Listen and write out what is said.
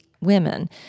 women